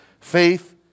Faith